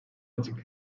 açık